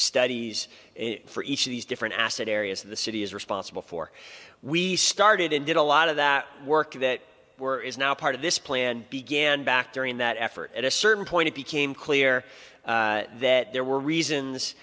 studies for each of these different asset areas of the city is responsible for we started and did a lot of that work that were is now part of this plan began back during that effort at a certain point it became clear that there were